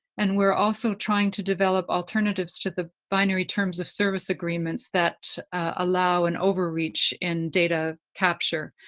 and we're also trying to develop alternatives to the binary terms of service agreements that allow an overreach in data capture,